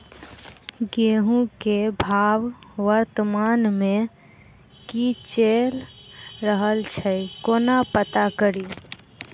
गेंहूँ केँ भाव वर्तमान मे की चैल रहल छै कोना पत्ता कड़ी?